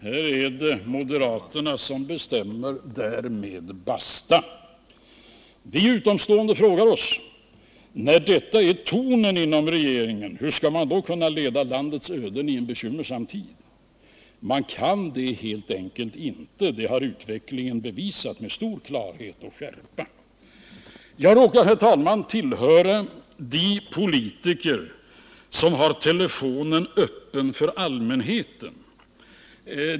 Här är det moderaterna som bestämmer och därmed basta! Vi utomstående frågar oss: När detta är tonen inom regeringen hur skall man då kunna leda landets öden i en bekymmersam tid? Man kan helt enkelt inte göra det. Det har utvecklingen bevisat med stor klarhet och skärpa. Jag råkar, herr talman, tillhöra den grupp politiker som har telefonen öppen för allmänheten.